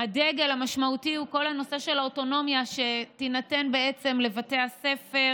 שהדגל המשמעותי הוא כל הנושא של האוטונומיה שתינתן לבתי הספר,